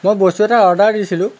মই বস্তু এটা অৰ্ডাৰ দিছিলোঁ